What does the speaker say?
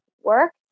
work